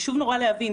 חשוב נורא להבין,